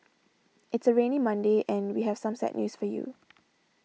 it's a rainy Monday and we have some sad news for you